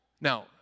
Now